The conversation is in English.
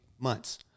months